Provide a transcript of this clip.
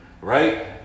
right